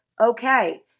okay